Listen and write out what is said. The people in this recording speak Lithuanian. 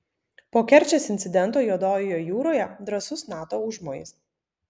po kerčės incidento juodojoje jūroje drąsus nato užmojis